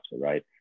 right